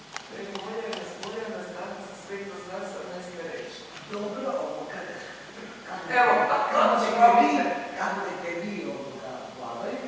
Hvala.